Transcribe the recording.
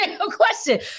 question